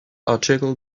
article